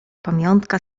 pamiątka